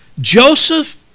Joseph